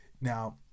now